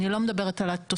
אני לא מדברת על התוספת.